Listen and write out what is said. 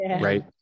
Right